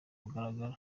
mugaragaro